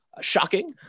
shocking